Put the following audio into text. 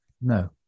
No